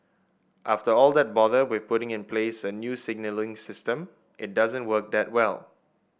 after all that bother with putting in place a new signalling system it doesn't work that well